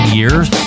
years